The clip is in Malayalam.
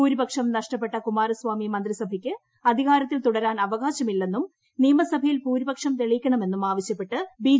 ഭൂരിപക്ഷ്ം നഷ്ടപ്പെട്ട കുമാരസ്വാമി മന്ത്രിസഭയ്ക്ക് അധികാരത്തിൽ തുടരാൻ അവകാശം ഇല്ലെന്നും നിയമസഭയിൽ ഭൂരിപക്ഷം തെളിയിക്കണമെന്നും ആവശ്യപ്പെട്ട് ബി